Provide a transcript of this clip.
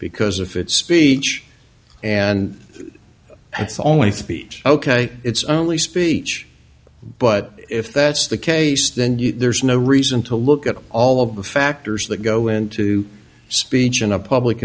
because if it's speech and it's only speech ok it's only speech but if that's the case then there's no reason to look at all of the factors that go into speech in a public